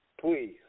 Please